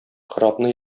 корабны